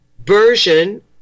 version